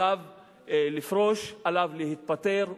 עליו לפרוש, עליו להתפטר.